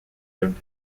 lived